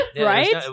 right